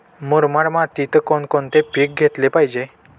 मुरमाड मातीत कोणकोणते पीक घेतले पाहिजे?